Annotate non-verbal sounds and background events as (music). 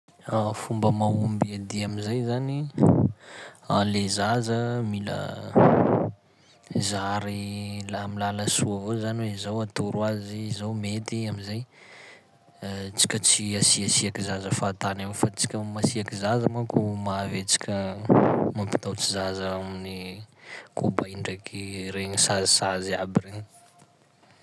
(hesitation) Fomba mahomby hiadia am'zay zany: (noise) (hesitation) le zaza mila (noise) zary la amy lala soa avao zany hoe zao atoro azy, zao mety am'zay (hesitation) tsika tsy hasiasiaka zaza fahatany agny fa tsika masiaky zaza manko mahavy antsika (noise) mampitahotsy zaza amin'ny kobay ndraiky regny sazisazy aby regny.